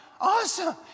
awesome